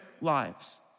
lives